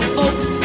folks